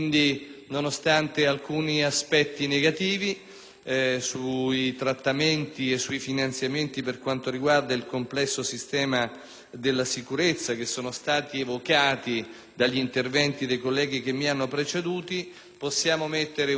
sui trattamenti e sui finanziamenti per quanto riguarda il complesso sistema della sicurezza, che sono stati evocati dagli interventi dei colleghi che mi hanno preceduto, possiamo mettere un segno positivo all'azione di Governo su questo tema